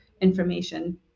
information